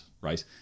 Right